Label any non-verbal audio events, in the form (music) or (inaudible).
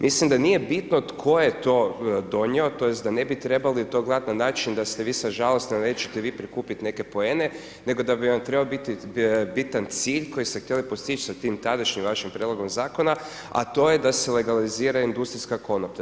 Mislim da nije bitno tko je to donio, tj. da ne bi trebali to gledati na način da ... (unintelligible) da nećete vi prikupiti neke poene nego da bi vam trebao biti bitan cilj koji ste htjeli postići sa tim tadašnjim vašim prijedlogom zakona a to je da se legalizira industrijska konoplja.